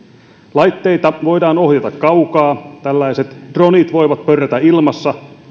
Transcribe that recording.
laitteita voidaan ohjata kaukaa tällaiset dronet voivat pörrätä ilmassa